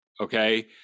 okay